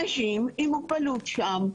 אנשים עם מוגבלות שם,